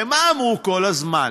הרי מה אמרו כל הזמן?